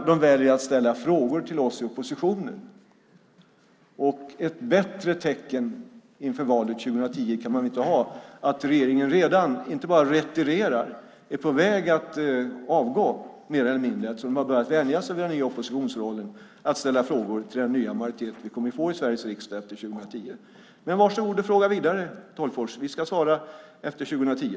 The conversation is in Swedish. De väljer att ställa frågor till oss i oppositionen. Ett bättre tecken inför valet 2010 kan man inte ha: Regeringen inte bara retirerar, de är mer eller mindre på väg att avgå, eftersom de har börjat vänja sig vid oppositionsrollen genom att ställa frågor till den nya majoritet vi kommer att få i Sveriges riksdag 2010. Varsågod att fråga vidare, Tolgfors! Vi ska svara efter 2010.